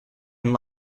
and